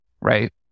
right